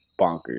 bonkers